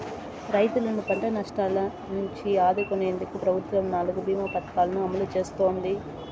రైతులను పంట నష్టాల నుంచి ఆదుకునేందుకు ప్రభుత్వం నాలుగు భీమ పథకాలను అమలు చేస్తోంది